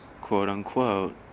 quote-unquote